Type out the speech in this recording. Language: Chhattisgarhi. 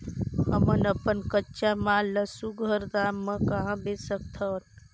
हमन अपन कच्चा माल ल सुघ्घर दाम म कहा बेच सकथन?